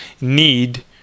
need